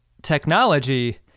technology